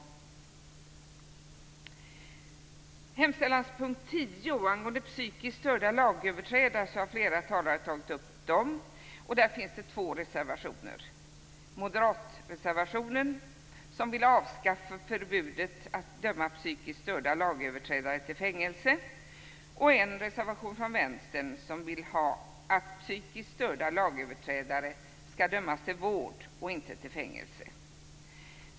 Flera talare har tagit upp psykiskt störda lagöverträdare, som behandlas under punkt 10 i hemställan. Där finns det två reservationer. De moderata reservanterna vill avskaffa förbudet mot att döma psykiskt störda lagöverträdare till fängelse. Reservanterna från Vänstern vill att psykiskt störda lagöverträdare skall dömas till vård och inte till fängelse.